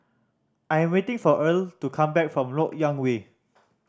I'm waiting for Erle to come back from Lok Yang Way